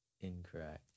Incorrect